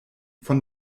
von